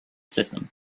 system